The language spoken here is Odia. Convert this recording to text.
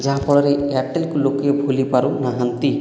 ଯାହାପରେ ଏୟାରଟେଲ୍କୁ ଲୋକେ ଭୁଲି ପାରୁନାହାନ୍ତି